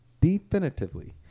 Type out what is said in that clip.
definitively